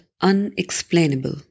Unexplainable